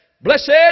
Blessed